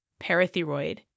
parathyroid